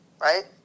right